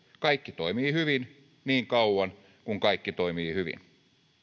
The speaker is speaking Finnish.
kaikki toimii hyvin niin kauan kuin kaikki toimii hyvin